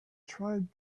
tried